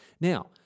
Now